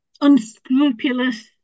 unscrupulous